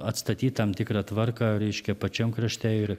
atstatyt tam tikrą tvarką reiškia pačiam krašte ir